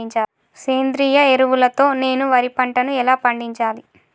సేంద్రీయ ఎరువుల తో నేను వరి పంటను ఎలా పండించాలి?